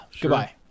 Goodbye